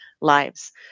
lives